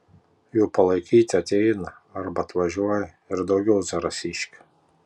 jų palaikyti ateina arba atvažiuoja ir daugiau zarasiškių